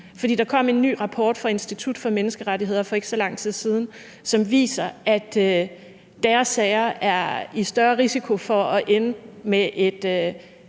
Der kom en ny rapport fra Institut for Menneskerettigheder for ikke så lang tid siden, som viser, at deres sager er i større risiko for at ende med et